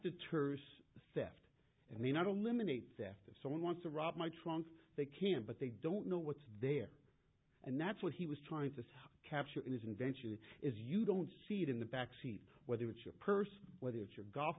deters theft and then other limon a theft if someone wants to rob my trunks they can but they don't know what's there and that's what he was trying to capture in his invention is you don't see it in the back seat whether it's your purse whether it's your golf